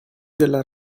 della